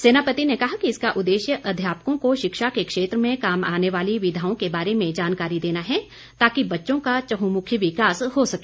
सेनापति ने कहा कि इसका उद्देश्य अध्यापकों को शिक्षा के क्षेत्र में काम आने वाली विधाओं के बारे में जानकारी देना है ताकि बच्चों का चहुमुखी विकास हो सके